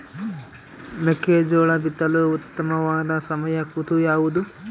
ಮೆಕ್ಕೆಜೋಳ ಬಿತ್ತಲು ಉತ್ತಮವಾದ ಸಮಯ ಋತು ಯಾವುದು?